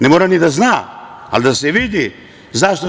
Ne mora ni da zna, ali da se vidi zašto se…